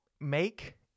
make